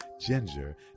ginger